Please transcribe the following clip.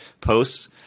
posts